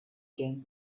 began